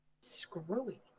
screwy